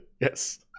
yes